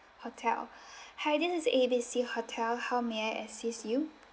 hotel hi this is A B C hotel how may I assist you